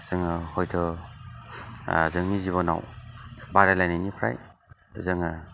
जोङो हयथ' जोंनि जिबनाव बादायलायनायनिफ्राय जोङो